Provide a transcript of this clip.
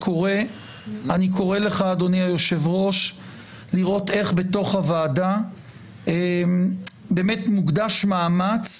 אני קורא לך לראות איך בתוך הוועדה מוקדש מאמץ,